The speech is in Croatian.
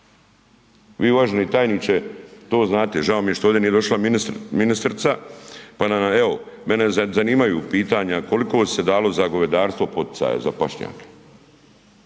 Vi uvaženi tajniče to znate, žao mi je što ovdje nije došla ministrica pa nam evo. Mene zanimaju pitanja, koliko se dalo za govedarstvo poticaja, za pašnjake